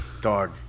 Dog